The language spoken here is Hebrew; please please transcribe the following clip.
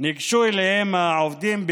ניגשו אליהם העובדים,